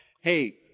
hey